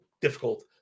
difficult